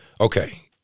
okay